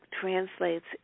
translates